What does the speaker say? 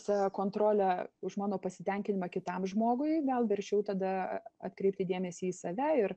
save kontrolę už mano pasitenkinimą kitam žmogui gal verčiau tada atkreipti dėmesį į save ir